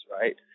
right